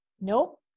nope